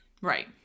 right